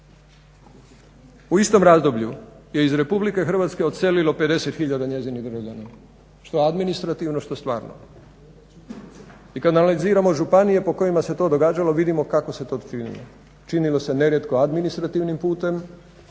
U istom razdoblju je iz Republike Hrvatske odselilo 50 000 njezinih državljana, što administrativno što stvarno. I kad analiziramo županije po kojima se to događalo vidimo kako se to činilo, činilo se nerijetko administrativnim putem,